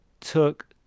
took